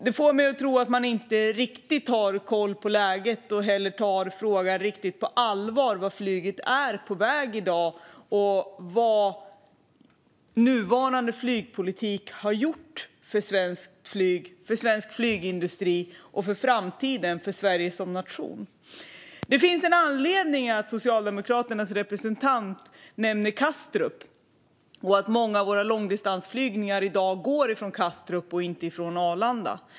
Detta får mig att tro att man inte riktigt har koll på läget och heller inte tar frågan på riktigt allvar när det gäller vart flyget är på väg i dag och vad nuvarande flygpolitik har gjort för svensk flygindustri och för Sveriges framtid som nation. Det finns en anledning till att Socialdemokraternas representant nämner Kastrup och att många av våra långdistansflygningar i dag går från Kastrup och inte från Arlanda.